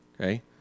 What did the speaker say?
Okay